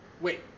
Wait